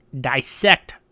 dissect